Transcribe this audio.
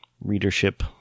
readership